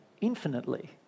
infinitely